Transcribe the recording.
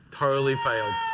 totally failed.